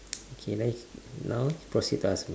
K let's now proceed to asking me